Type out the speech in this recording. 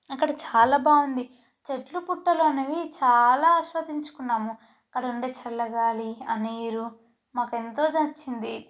అక్కడ చాలా బాగుంది చెట్లు పుట్టలు అనేవి చాలా ఆస్వాదించుకున్నాము అక్కడ ఉండే చల్ల గాలి ఆ నీరు మాకెంతో నచ్చింది